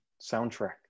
soundtrack